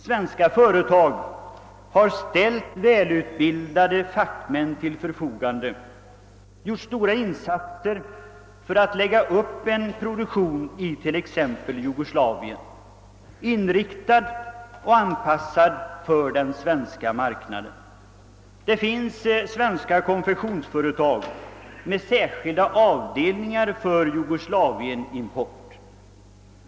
Svenska företag har ställt välutbildade fackmän till förfogande, gjort stora insatser för att lägga upp en produktion i t.ex. Jugoslavien, inriktad på och anpassad efter den svenska marknaden. Det finns svenska konfektionsföretag med särskilda avdelningar för jugoslavienimport.